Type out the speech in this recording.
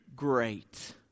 Great